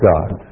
God